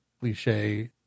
cliche